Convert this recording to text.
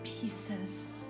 pieces